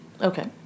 Okay